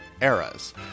eras